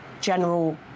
general